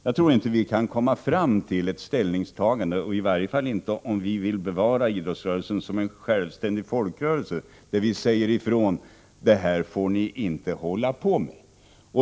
Jag tror alltså inte att vi kan komma fram till ett ställningstagande, i varje fall inte om vi önskar bevara idrottsrörelsen som en självständig folkrörelse, där vi säger: Det här får ni inte hålla på med.